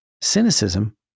Cynicism